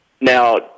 Now